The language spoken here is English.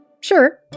sure